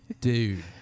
Dude